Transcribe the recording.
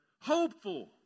Hopeful